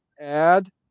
add